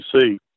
see